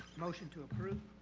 motion to approve.